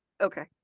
Okay